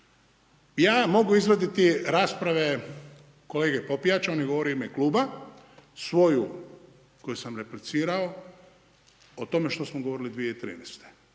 ja mogu izvaditi rasprave kolege Popijača on je govorio u ime Kluba, svoju koju sam replicirao o tome što smo govorili 2013.